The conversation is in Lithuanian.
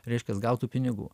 reiškiasi gaut tų pinigų